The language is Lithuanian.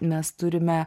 mes turime